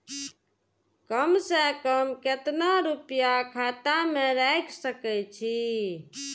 कम से कम केतना रूपया खाता में राइख सके छी?